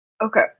Okay